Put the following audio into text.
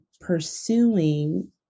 pursuing